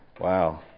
Wow